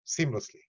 seamlessly